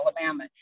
Alabama